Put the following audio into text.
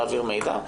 להעביר מידע.